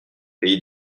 pays